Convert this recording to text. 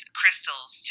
crystals